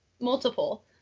multiple